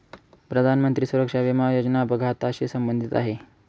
प्रधानमंत्री सुरक्षा विमा योजना अपघाताशी संबंधित आहे